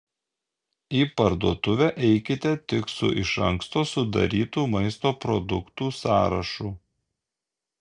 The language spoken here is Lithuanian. į parduotuvę eikite tik su iš anksto sudarytu maisto produktų sąrašu